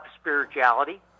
spirituality